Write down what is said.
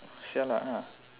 sure or not ah